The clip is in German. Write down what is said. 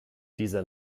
dieser